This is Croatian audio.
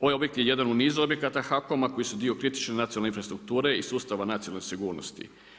Ovaj objekt je jedan u nizu objekata HAKOM-a koji su dio kritične nacionalne infrastrukture i sustava nacionalne sigurnosti.